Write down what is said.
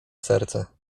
serce